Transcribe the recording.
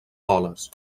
dòlars